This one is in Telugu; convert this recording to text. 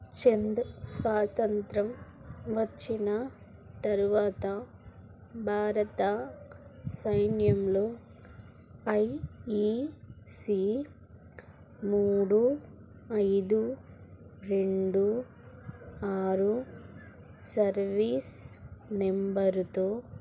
చంద్ స్వాతంత్య్రం వచ్చిన తరువాత భారత సైన్యంలో ఐ ఈ సీ మూడు ఐదు రెండు ఆరు సర్వీస్ నెంబరుతో